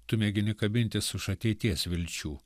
tu mėgini kabintis už ateities vilčių